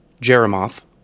Jeremoth